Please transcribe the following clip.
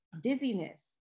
dizziness